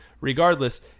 regardless –